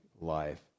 life